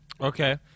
Okay